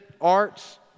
arts